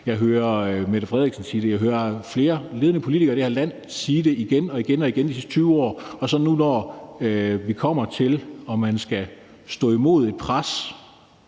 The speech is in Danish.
jeg hører Mette Frederiksen sige det. Jeg hører flere ledende politikere af det her land sige det igen og igen de sidste 20 år. Og nu, når vi kommer til spørgsmålet om, om man skal stå imod et pres,